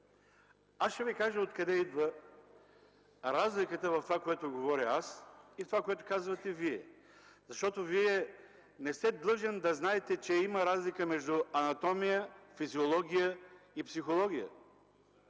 Аз ще Ви кажа откъде идва разликата в това, което говоря аз, и това, което казвате Вие. Вие не сте длъжен да знаете, че има разлика между анатомия, физиология и психология.